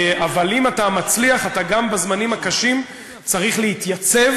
אבל אם אתה מצליח, בזמנים הקשים אתה צריך להתייצב